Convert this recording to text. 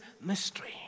mystery